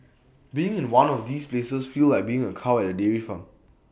being in one of these places feels like being A cow at A dairy farm